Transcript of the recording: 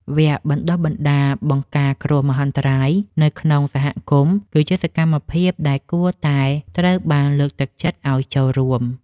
វគ្គបណ្តុះបណ្តាលបង្ការគ្រោះមហន្តរាយនៅក្នុងសហគមន៍ គឺជាសកម្មភាពដែលគួរតែត្រូវបានលើកទឹកចិត្តឱ្យចូលរួម។